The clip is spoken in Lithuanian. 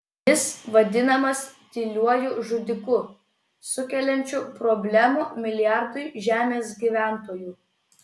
jis vadinamas tyliuoju žudiku sukeliančiu problemų milijardui žemės gyventojų